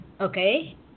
Okay